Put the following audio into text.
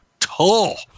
tall